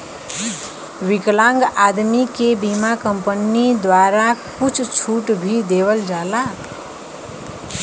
विकलांग आदमी के बीमा कम्पनी द्वारा कुछ छूट भी देवल जाला